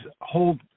hold –